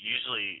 usually